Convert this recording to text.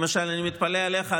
למשל אני מתפלא עליך,